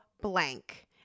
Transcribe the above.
blank